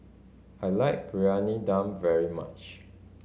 I like Briyani Dum very much